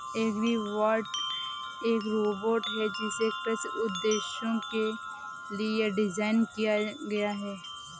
agribot एक robot है जिसे कृषि उद्देश्यों के लिए डिज़ाइन किया गया है